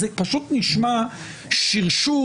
זה פשוט נשמע שרשור,